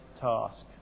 task